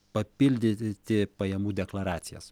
papildytiti pajamų deklaracijas